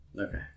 Okay